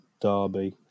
Derby